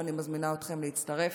ואני מזמינה אתכם להצטרף.